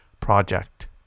project